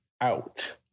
out